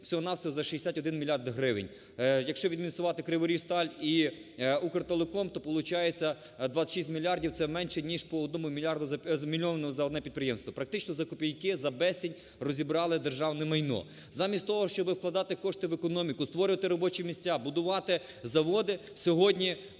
всього-на-всього за 61 мільярд гривень. Якщо відмінусувати "Криворіжсталь" і "Укртелеком", то получається 26 мільярдів. Це менше ніж по 1 мільйону за одне підприємство. Практично за копійки, за безцінь розібрали державне майно. Замість того, щоби вкладати кошти в економіку, створювати робочі місця, будувати заводи, сьогодні